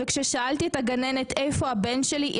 כששאלתי את הגננת איפה הבן שלי,